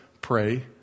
pray